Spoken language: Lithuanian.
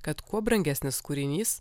kad kuo brangesnis kūrinys